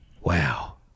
Wow